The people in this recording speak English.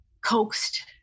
coaxed